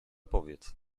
powiedz